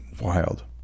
wild